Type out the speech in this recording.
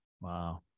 Wow